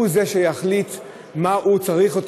הוא זה שיחליט מה הוא צריך,